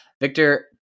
Victor